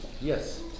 Yes